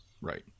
Right